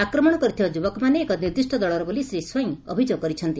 ଆକ୍ରମଣ କରିଥିବା ଯୁବକମାନେ ଏକ ନିର୍ଦ୍ଦିଷ୍ ଦଳର ବୋଲି ଶ୍ରୀ ସ୍ୱାଇଁ ଅଭିଯୋଗ କରିଛନ୍ତି